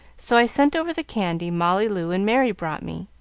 so i send over the candy molly loo and merry brought me.